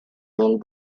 del